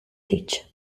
tech